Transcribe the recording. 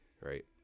right